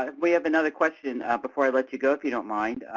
ah we have another question before i let you go, if you don't mind.